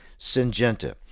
Syngenta